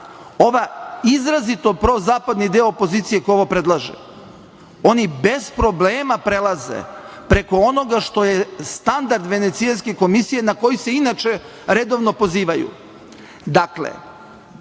izrazito prozapadni deo opozicije koji ovo predlaže, oni bez problema prelaze preko onoga što je standard Venecijanske komisije na koju se inače redovno pozivaju. Dakle,